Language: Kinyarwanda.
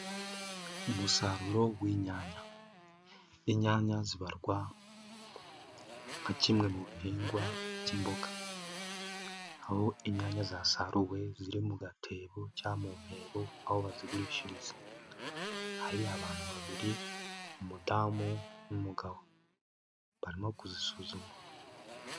Umusaruro w'inyanya, inyanya zibarwa nka kimwe mu bihingwa by'imboga, aho inyanya zasaruwe ziri mu gatebo cyangwa mu nteho, aho bazigurishiriza hari abantu babiri umudamu n'umugabo barimo kuzisuzuma.